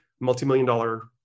multi-million-dollar